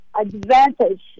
advantage